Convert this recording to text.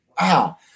wow